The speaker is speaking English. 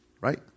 Right